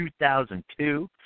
2002